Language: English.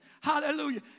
hallelujah